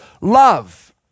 love